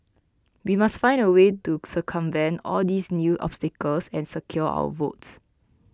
we must find a way to circumvent all these new obstacles and secure our votes